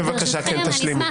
בבקשה, תשלימי.